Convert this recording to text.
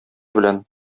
белән